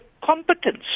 competence